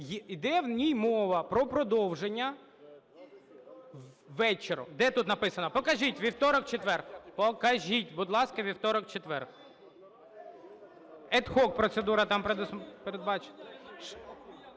йде в ній мова про продовження… Де тут написано, покажіть, вівторок, четвер. Покажіть, будь ласка, вівторок, четвер. Аd hoc процедура там передбачена…